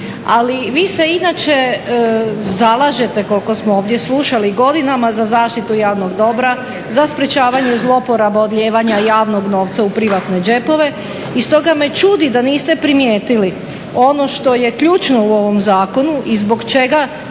Ali vi se inače zalažete koliko smo ovdje slušali godinama za zaštitu javnog dobra, za sprečavanja zloporaba odlijevanja javnog novca u privatne džepove i stoga me čudi da niste primijetili ono što je ključno u ovom zakonu i zbog čega